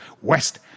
West